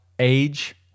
age